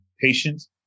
patients